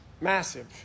massive